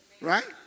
right